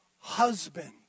husband